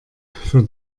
für